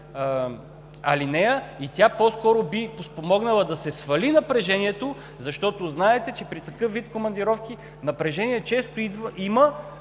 алинея и тя по-скоро би спомогнала да се свали напрежението, защото знаете, че при такъв вид командировки напрежение често има,